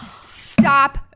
Stop